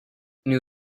new